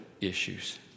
issues